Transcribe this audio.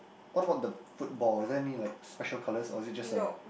what about the football is there any like special colour or is it just a